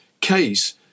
case